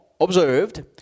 observed